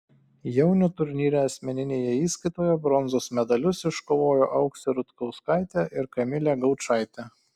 jaunių turnyre asmeninėje įskaitoje bronzos medalius iškovojo auksė rutkauskaitė ir kamilė gaučaitė